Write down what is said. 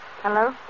Hello